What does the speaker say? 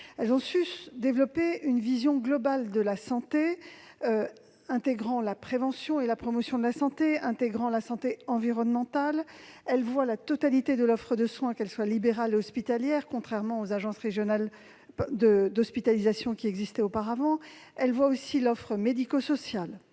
elles ont su développer une vision globale de la santé intégrant la prévention et la promotion de la santé, ainsi que la santé environnementale ; elles voient la totalité de l'offre de soins, libérale et hospitalière- contrairement aux agences régionales d'hospitalisation qui existaient auparavant -, ainsi que l'offre médico-sociale